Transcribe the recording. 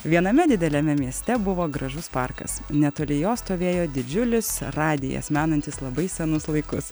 viename dideliame mieste buvo gražus parkas netoli jo stovėjo didžiulis radijas menantis labai senus laikus